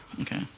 Okay